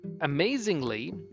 Amazingly